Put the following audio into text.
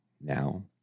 now